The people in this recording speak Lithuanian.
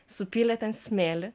supylė ten smėlį